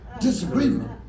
disagreement